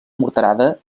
morterada